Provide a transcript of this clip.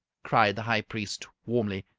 cried the high priest, warmly,